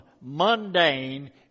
mundane